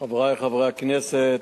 חברי חברי הכנסת,